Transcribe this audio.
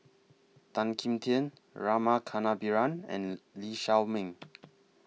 Tan Kim Tian Rama Kannabiran and Lee Shao Meng